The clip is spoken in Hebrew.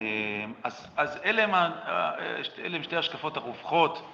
אז אלה הם שתי השקפות הרווחות.